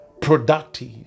productive